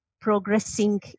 progressing